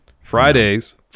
Fridays